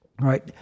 right